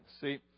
See